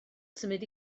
symud